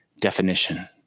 definition